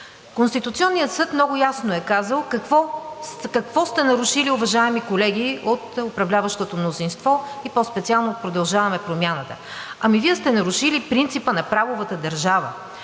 Конституционният съд много ясно е казал какво сте нарушили, уважаеми колеги от управляващото мнозинство, и по-специално от „Продължаваме Промяната“. Ами Вие сте нарушили принципа на правовата държава,